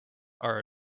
are